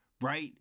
right